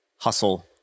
Hustle